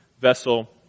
vessel